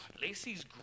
Lacey's